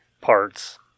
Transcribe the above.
parts